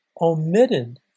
omitted